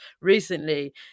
recently